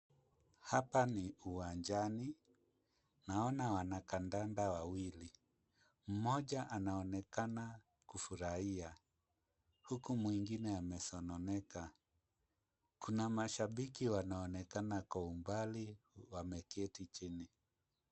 Hapa ni uwanjani. Naona wanakandanda wawili. Mmoja anaonekana kufurahia huku mwingine amesononeka. Kuna mashabiki wanaonekana kwa umbali wameketi chini.